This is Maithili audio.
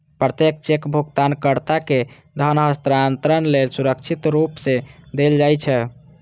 प्रत्येक चेक भुगतानकर्ता कें धन हस्तांतरण लेल सुरक्षित रूप सं देल जाइ छै